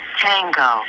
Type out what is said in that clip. Tango